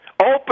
Open